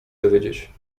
dowiedzieć